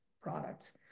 product